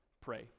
pray